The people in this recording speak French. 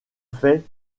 fait